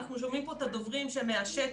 אנחנו שומעים פה את הדוברים מהשטח,